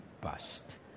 bust